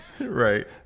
Right